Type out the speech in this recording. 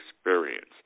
experience